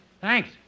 Thanks